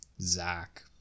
zach